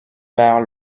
par